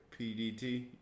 PDT